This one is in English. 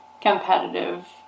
competitive